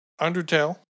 Undertale